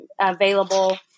available